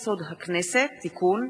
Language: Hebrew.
הצעת חוק-יסוד: הכנסת (תיקון,